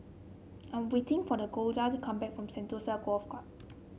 I'm waiting for the Golda come back from Sentosa Golf Club